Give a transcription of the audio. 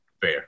Fair